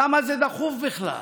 למה זה דחוף בכלל?